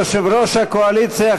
אדוני יושב-ראש הקואליציה,